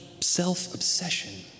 self-obsession